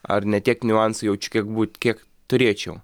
ar ne tiek niuansų jaučiu kiek būt kiek turėčiau